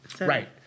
Right